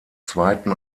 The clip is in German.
zweiten